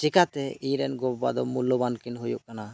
ᱪᱤᱠᱟᱹᱛᱮ ᱤᱧ ᱨᱮᱱ ᱜᱚ ᱵᱟᱵᱟ ᱫᱚ ᱢᱩᱞᱞᱚ ᱵᱟᱱ ᱠᱤᱱ ᱦᱩᱭᱩᱜ ᱠᱟᱱᱟ